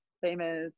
famous